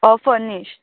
होय फरनिश्ड